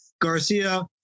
Garcia